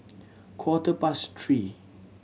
quarter past three